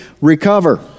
recover